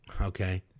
Okay